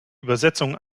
übersetzung